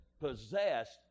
possessed